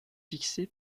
fixé